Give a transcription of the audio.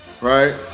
Right